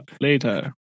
later